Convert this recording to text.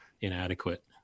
inadequate